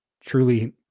truly